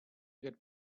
get